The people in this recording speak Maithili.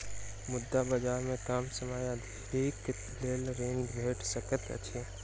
मुद्रा बजार में कम समय अवधिक लेल ऋण भेट सकैत अछि